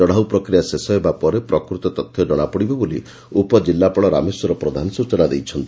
ଚଢ଼ାଉ ପ୍ରକ୍ରିୟା ଶେଷ ହେବା ପରେ ପ୍ରକୃତ ତଥ୍ୟ ଜଣାପଡ଼ିବ ବୋଲି ଉପଜିଲ୍ଲାପାଳ ରାମେଶ୍ୱର ପ୍ରଧାନ ସ୍ଚନା ଦେଇଛନ୍ତି